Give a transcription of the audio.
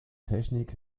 technik